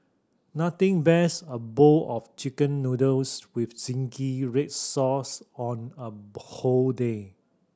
nothing best a bowl of Chicken Noodles with zingy red sauce on a whole day